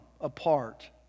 apart